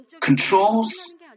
controls